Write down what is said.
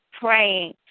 praying